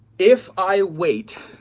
if i wait